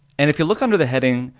and if you look under the heading,